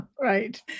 Right